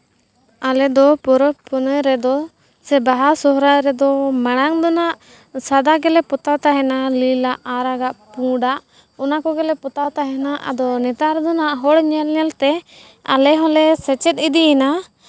ᱟᱞᱮ ᱫᱚ ᱯᱚᱨᱚᱵᱽ ᱯᱩᱱᱟᱹᱭ ᱨᱮᱫᱚ ᱥᱮ ᱵᱟᱦᱟ ᱥᱚᱦᱚᱨᱟᱭ ᱨᱮᱫᱚ ᱢᱟᱲᱟᱝ ᱫᱚ ᱦᱟᱸᱜ ᱥᱟᱫᱟ ᱜᱮᱞᱮ ᱯᱚᱛᱟᱣ ᱛᱟᱦᱮᱱᱟ ᱞᱤᱞᱟᱜ ᱟᱨᱟᱜᱟᱜ ᱯᱩᱸᱰᱼᱟᱜ ᱚᱱᱟ ᱠᱚᱜᱮᱞᱮ ᱯᱚᱛᱟᱣ ᱛᱟᱦᱮᱱᱟ ᱟᱨ ᱱᱮᱛᱟᱨ ᱫᱚ ᱦᱟᱸᱜ ᱦᱚᱲ ᱧᱮᱞ ᱧᱮᱞᱛᱮ ᱟᱞᱮ ᱦᱚᱸᱞᱮ ᱥᱮᱪᱮᱫ ᱤᱫᱤᱭᱮᱱᱟ